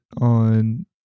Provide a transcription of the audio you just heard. on